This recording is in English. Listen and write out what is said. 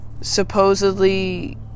supposedly